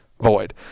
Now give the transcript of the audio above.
void